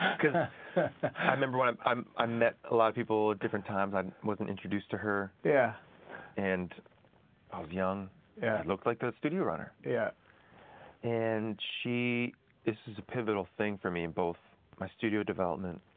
cause i remember when um um i met a lot of people at different times, i wasn't introduced to her, yeah and and i was young. i looked like the studio runner. yeah and she is just a pivotal thing for me in both my studio development